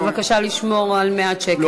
בבקשה לשמור על מעט שקט.